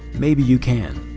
maybe you can.